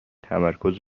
تمرکز